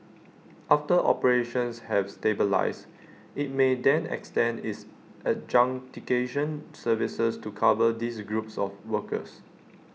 after operations have stabilised IT may then extend its services to cover these groups of workers